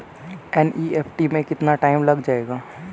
NEFT में कितना time लग जाएगा?